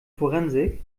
forensik